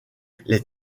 les